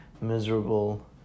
miserable